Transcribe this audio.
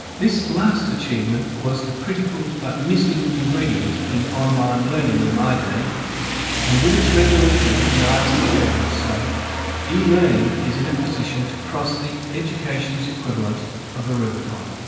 this last achievement was the critical but missing ingredient in online learning in my day and with its resolution in the last decade or so e-learning is in a position to cross the education's equivalent of the rubicon.